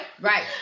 Right